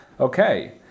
Okay